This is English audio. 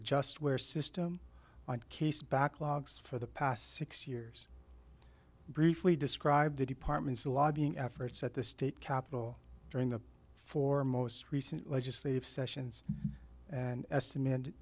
the just wear system on case backlogs for the past six years briefly describe the department's lobbying efforts at the state capitol during the four most recent legislative sessions and estimate